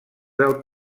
del